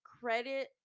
credit